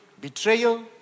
betrayal